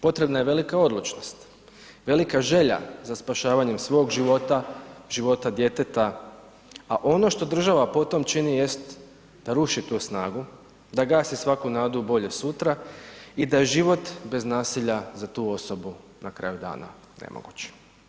Potrebna je velika odlučnost, velika želja za spašavanjem svog života, života djeteta a ono što država po tome čini jest da ruši tu snagu, da gasi svaku nadu u bolje sutra i da je život bez nasilja za tu osobu na kraju dana nemoguće.